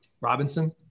Robinson